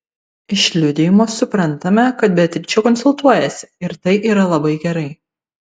iš liudijimo suprantame kad beatričė konsultuojasi ir tai yra labai gerai